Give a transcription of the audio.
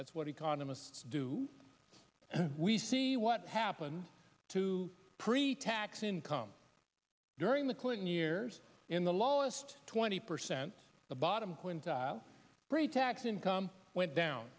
that's what economists do we see what happened to pretax income during the clinton years in the lowest twenty percent the bottom quintile pretax income went down